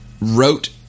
wrote